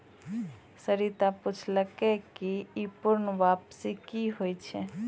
सरिता पुछलकै ई पूर्ण वापसी कि होय छै?